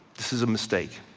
this is a mistake.